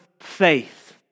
faith